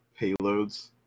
payloads